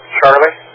Charlie